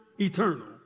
eternal